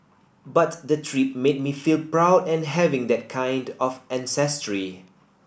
but the trip made me feel proud and having that kind of ancestry